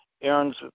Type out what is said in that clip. Aaron's